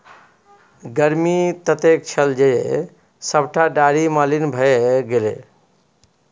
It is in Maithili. गर्मी ततेक छल जे सभटा डारि मलिन भए गेलै